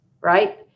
right